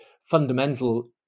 fundamental